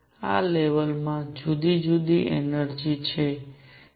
આ લેવલ માં જુદી જુદી એનર્જિ છે